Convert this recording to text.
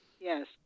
Yes